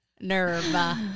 nerve